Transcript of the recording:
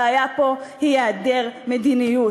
הבעיה פה היא היעדר מדיניות.